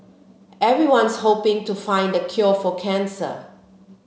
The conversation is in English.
everyone's hoping to find the cure for cancer